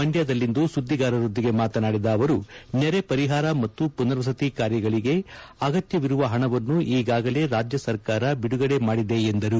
ಮಂಡ್ಯದಲ್ಲಿಂದು ಸುದ್ದಿಗಾರರೊಂದಿಗೆ ಮಾತನಾಡಿದ ಅವರು ನೆರೆ ಪರಿಹಾರ ಮತ್ತು ಪುನರ್ವಸತಿ ಕಾರ್ಯಗಳಿಗಾಗಿ ಅಗತ್ಯವಿರುವ ಹಣವನ್ನು ಈಗಾಗಲೇ ರಾಜ್ಯಸರ್ಕಾರ ಬಿಡುಗಡೆ ಮಾಡಿದೆ ಎಂದರು